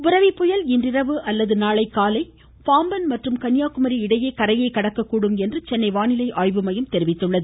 புரெவி புயல் இன்றிரவு அல்லது நாளைகாலை பாம்பன் மற்றும் கன்னியாகுமரி இடையே கரையை கடக்ககூடும் என்று சென்னை வானிலை ஆய்வுமையம் தெரிவித்துள்ளது